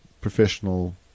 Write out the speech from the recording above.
professional